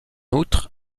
outre